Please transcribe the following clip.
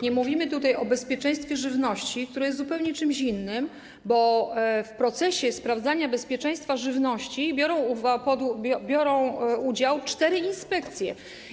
Nie mówimy tutaj o bezpieczeństwie żywności, które jest czymś zupełnie innym, bo w procesie sprawdzania bezpieczeństwa żywności biorą udział cztery inspekcje.